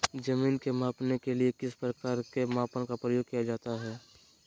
जमीन के मापने के लिए किस प्रकार के मापन का प्रयोग किया जाता है?